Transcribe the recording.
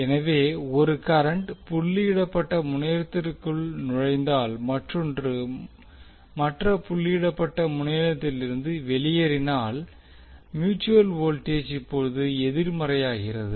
எனவே ஒரு கரண்ட் புள்ளியிடப்பட்ட முனையத்திற்குள் நுழைந்தால் மற்றொன்று மற்ற புள்ளியிடப்பட்ட முனையத்திலிருந்து வெளியேறினால் மியூட்சுவல் வோல்டேஜ் இப்போது எதிர்மறையாகிறது